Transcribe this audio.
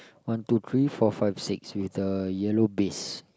one two three four five six with the yellow base